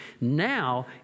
now